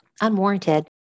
unwarranted